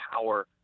power